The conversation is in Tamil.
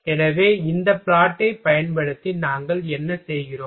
எனவே இந்த பிளாட் ஐ பயன்படுத்தி நாங்கள் என்ன செய்கிறோம்